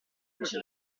fece